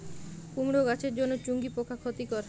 কুমড়ো গাছের জন্য চুঙ্গি পোকা ক্ষতিকর?